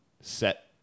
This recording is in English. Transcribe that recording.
set